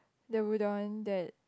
the udon that